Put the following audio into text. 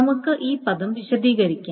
നമുക്ക് ഈ പദം വിശദീകരിക്കാം